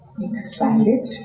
Excited